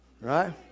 right